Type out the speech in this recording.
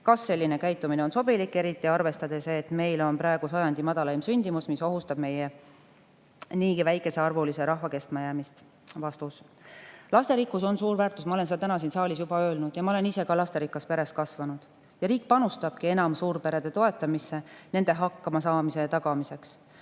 Kas selline käitumine on sobilik, eriti arvestades, et meil on praegu sajandi madalaim sündimus, mis ohustab meie niigi väikesearvulise rahva kestmajäämist?" Lasterikkus on suur väärtus, ma olen seda täna siin saalis juba öelnud, ja ma olen ise ka lasterikkas peres kasvanud. Ja riik panustabki enam suurperede toetamisse nende hakkamasaamise tagamiseks.